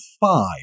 five